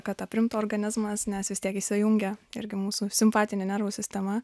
kad aprimtų organizmas nes vis tiek įsijungia irgi mūsų simpatinė nervų sistema